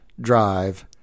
drive –